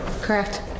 Correct